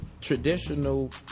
traditional